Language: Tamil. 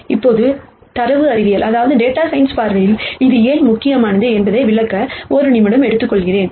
இப்போது டேட்டா சயின்ஸ் பார்வையில் இது ஏன் முக்கியமானது என்பதை விளக்க ஒரு நிமிடம் எடுத்துக்கொள்கிறேன்